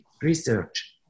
Research